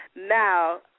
Now